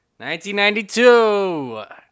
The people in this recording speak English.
1992